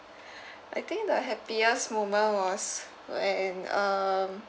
I think the happiest moment was when um